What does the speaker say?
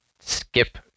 skip